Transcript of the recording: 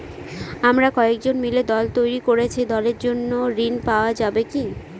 আমরা কয়েকজন মিলে দল তৈরি করেছি দলের জন্য ঋণ পাওয়া যাবে কি?